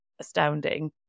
astounding